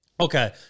Okay